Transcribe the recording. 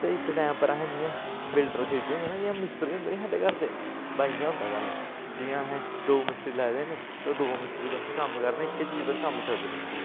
ते इक टैम पर असें जि'यां बिल्डर खरीदे होंदे नी जियां मिस्तरी होंदें नी साढ़े घर दे बस इ'यां होंदा गल्ल जि'यां असें दो मिस्तरी लाए दे नी ते दो मिस्तरी बस कम्म करने इक्कै चीज पर कम्म करदे रौंह्दे ओह्